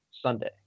Sunday